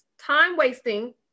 time-wasting